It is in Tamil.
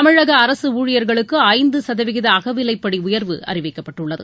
தமிழக அரசு ஊழியர்களுக்கு ஐந்து சதவீத அகவிவைப்படி உயர்வு அறிவிக்கப்பட்டுள்ளது